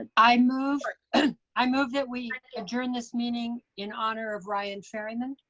i move ah i move that we adjourn this meeting in honor of ryan ferryman.